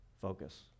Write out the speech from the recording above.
focus